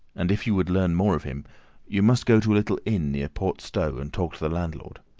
and if you would learn more of him you must go to a little inn near port stowe and talk to the landlord.